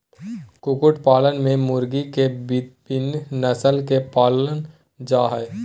कुकुट पालन में मुर्गी के विविन्न नस्ल के पालल जा हई